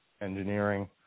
Engineering